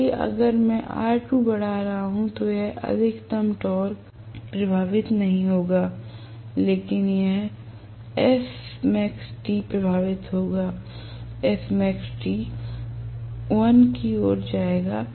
इसलिए अगर मैं R2 बढ़ा रहा हूं तो यह अधिकतम टॉर्क प्रभावित नहीं होगा लेकिन यह SmaxT प्रभावित होगा SmaxT 1 की ओर जाएगा